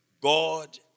God